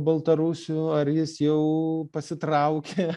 baltarusių ar jis jau pasitraukė